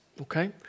Okay